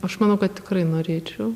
aš manau kad tikrai norėčiau